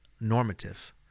normative